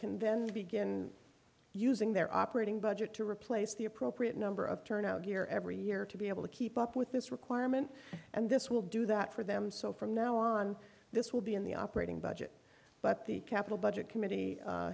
can then begin using their operating budget to replace the appropriate number of turnout gear every year to be able to keep up with this requirement and this will do that for them so from now on this will be in the operating budget but the capital budget committee